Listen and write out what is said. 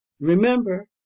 remember